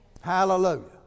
Hallelujah